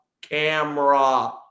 camera